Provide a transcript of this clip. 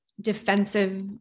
defensive